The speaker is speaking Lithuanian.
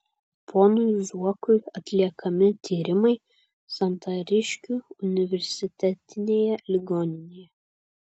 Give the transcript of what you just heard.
ponui zuokui atliekami tyrimai santariškių universitetinėje ligoninėje